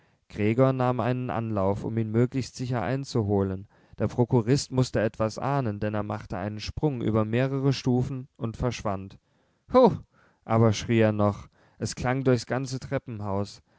gregor nahm einen anlauf um ihn möglichst sicher einzuholen der prokurist mußte etwas ahnen denn er machte einen sprung über mehrere stufen und verschwand hu aber schrie er noch es klang durchs ganze treppenhaus